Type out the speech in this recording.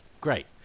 great